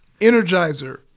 Energizer